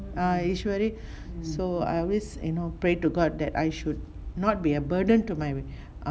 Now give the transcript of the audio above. ah usually so I always you know pray to god that I should not be a burden to my